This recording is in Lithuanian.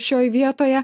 šioj vietoje